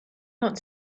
not